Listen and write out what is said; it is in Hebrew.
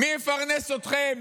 מי יפרנס אתכם